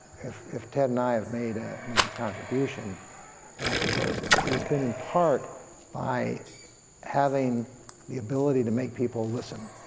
if if ted and i have made ah made a contribution to this, it has been in part by having the ability to make people listen.